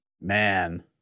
Man